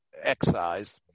excised